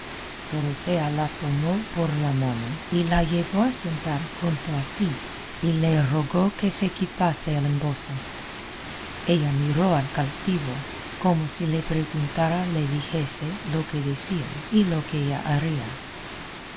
dorotea la tomó por la mano y la llevó a sentar junto a sí y le rogó que se quitase el embozo ella miró al cautivo como si le preguntara le dijese lo que decían y lo que ella haría